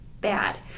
bad